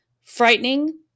frightening